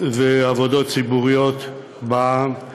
ועבודות ציבוריות בע"מ",